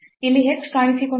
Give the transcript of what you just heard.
ಅಲ್ಲಿ h ಕಾಣಿಸಿಕೊಂಡಿದೆ